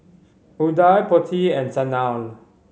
Udai Potti and Sanal